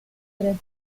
tres